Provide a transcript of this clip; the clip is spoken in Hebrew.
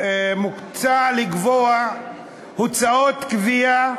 מציעה לקבוע הוצאות גבייה,